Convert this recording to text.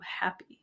happy